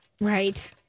Right